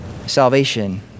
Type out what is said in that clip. Salvation